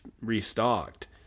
restocked